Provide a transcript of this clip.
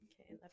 Okay